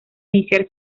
iniciar